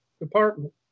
Department